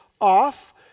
off